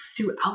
throughout